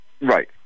Right